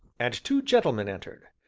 and two gentlemen entered.